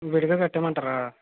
విడిగా కట్టెయ్య మంటారా